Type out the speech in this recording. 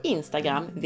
Instagram